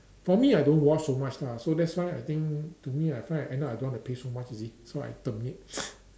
for me I don't watch so much lah so that's why I think to me I find I end up don't want pay so much you see so I terminate